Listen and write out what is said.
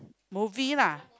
movie lah